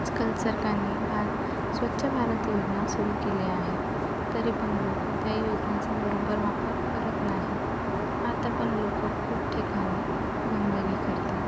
आजकाल सरकारनी भारं स्वच्छ भारत योजना सुरू केली आहे तरी पण लोक त्या योजनेचा बरोबर वापर करत नाही आता पण लोक खूप ठिकाणी गंदगी करतात